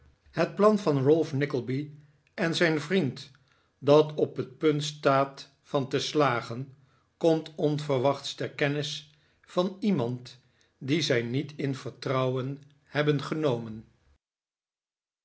het plan van ralph nickleby en zijn vriend dat op het punt staat van te slagen komt onverwachts ter kennis van iemand dien zij niet in vertrouwen hebben genomen